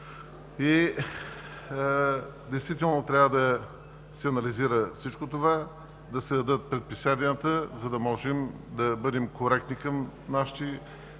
и действия. Трябва да се анализира всичко това, да се дадат предписанията, за да можем да бъдем коректни към нашите